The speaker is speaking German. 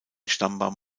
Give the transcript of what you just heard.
stammbaum